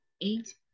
eight